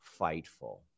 fightful